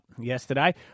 yesterday